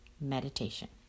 Meditation